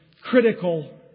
critical